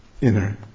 inner